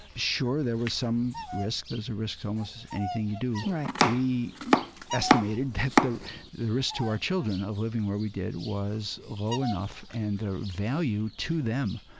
sure, there was some risk. there's a risk to almost anything you do. we estimated that the the risk to our children of living where we did was low enough and the value to them